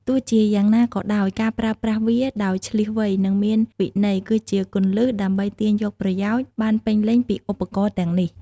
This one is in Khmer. ទោះជាយ៉ាងណាក៏ដោយ ការប្រើប្រាស់វាដោយឈ្លាសវៃ និងមានវិន័យ គឺជាគន្លឹះដើម្បីទាញយកប្រយោជន៍បានពេញលេញពីឧបករណ៍ទាំងនេះ។